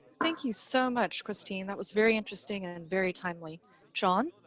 thank you so much christine that was very interesting and and very timely john